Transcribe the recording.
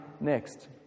next